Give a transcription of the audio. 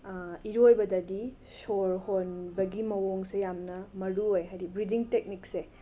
ꯏꯔꯣꯏꯕꯗꯗꯤ ꯁꯣꯔ ꯍꯣꯟꯕꯒꯤ ꯃꯑꯣꯡꯁꯦ ꯌꯥꯝꯅ ꯃꯔꯨ ꯑꯣꯏ ꯍꯥꯏꯗꯤ ꯕ꯭ꯔꯤꯗꯤꯡ ꯇꯦꯛꯅꯤꯛꯁꯦ